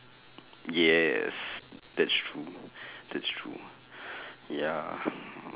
yes that's true that's true ya